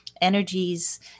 energies